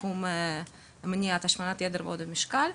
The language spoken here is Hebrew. בתחום מניעת השמנת יתר ועודף משקל.